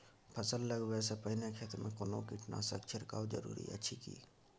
फसल लगबै से पहिने खेत मे कोनो कीटनासक छिरकाव जरूरी अछि की?